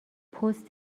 پست